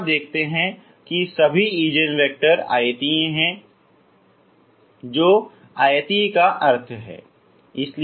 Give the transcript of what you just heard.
फिर आप देखते हैं कि सभी ईजेन वैक्टर आयतीय हैं जो आयतीय का अर्थ है